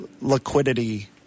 liquidity